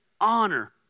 Honor